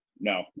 No